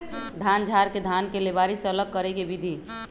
धान झाड़ के धान के लेबारी से अलग करे के विधि